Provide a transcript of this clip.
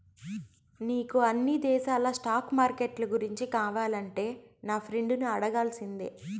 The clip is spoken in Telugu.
నీకు అన్ని దేశాల స్టాక్ మార్కెట్లు గూర్చి కావాలంటే నా ఫ్రెండును అడగాల్సిందే